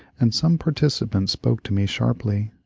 and some participant spoke to me sharply.